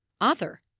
Author